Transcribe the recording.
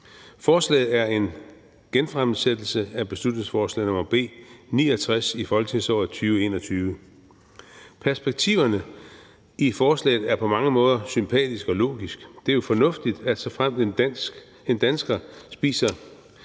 Forslaget er en genfremsættelse af beslutningsforslag nr. B 69 i folketingsåret 2020-21. Perspektiverne i forslaget er på mange måder sympatiske og logiske. Det er jo fornuftigt, at såfremt en dansker spiser